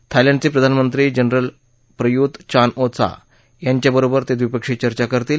थायलह्ये प्रधानमहीीजनरल Prayut Chan O Cha यांच्यावरोबर ते द्विपक्षीय चर्चा करतील